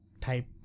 type